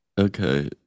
Okay